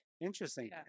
Interesting